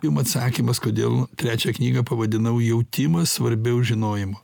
jum atsakymas kodėl trečią knygą pavadinau jautimas svarbiau žinojimo